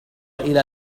إلى